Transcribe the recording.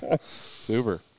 Super